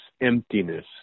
emptiness